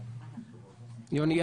יוראי.